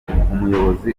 umuyobozi